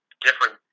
different